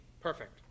perfect